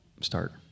start